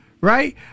right